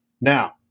Now